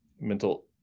mental